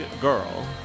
girl